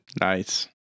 Nice